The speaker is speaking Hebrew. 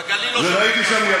בגליל לא שמעו על זה.